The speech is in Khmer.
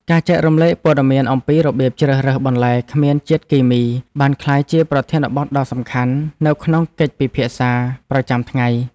ការចែករំលែកព័ត៌មានអំពីរបៀបជ្រើសរើសបន្លែគ្មានជាតិគីមីបានក្លាយជាប្រធានបទដ៏សំខាន់នៅក្នុងកិច្ចពិភាក្សាប្រចាំថ្ងៃ។